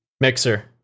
Mixer